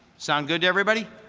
sound good to everybody?